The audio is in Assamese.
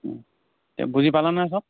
এতিয়া বুজি পালা নহয়